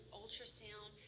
ultrasound